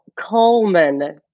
Coleman